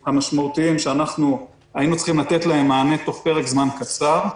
המשמעותיים שהיינו צריכים לתת להם מענה בתוך פרק זמן קצר.